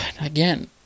Again